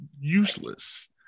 useless